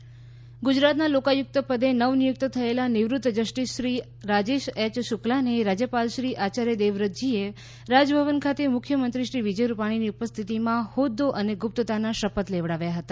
લોકાયુક્ત શપથ ગુજરાતના લોકાયુક્ત પદે નવ નિયુક્ત થયેલા નિવૃત જસ્ટિસશ્રી રાજેશ એચ શુક્લાને રાજ્યપાલશ્રી આચાર્ય દેવવ્રતજીએ રાજભવન ખાતે મુખ્ય મંત્રીશ્રી વિજય રૂપાણીની ઉપસ્થિતિમાં હોદ્દો અને ગુપ્તતાના શપથ લેવડાવ્યા હતા